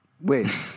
Wait